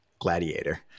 gladiator